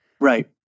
Right